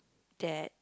that